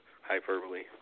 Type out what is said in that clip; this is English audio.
hyperbole